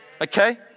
okay